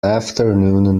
afternoon